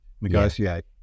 negotiate